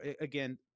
again